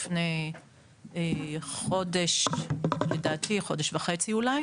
לפני חודש לדעתי, חודש וחצי אולי.